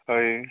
ହଏ